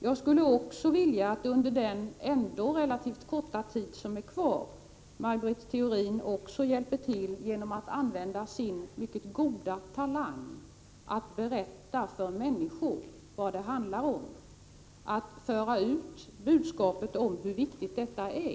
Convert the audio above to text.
Jag skulle också vilja att Maj Britt Theorin, under den relativt korta tid som är kvar, hjälper till genom att använda sin mycket goda talang att berätta för människor vad det handlar om och att föra ut budskapet om hur viktigt detta är.